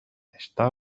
está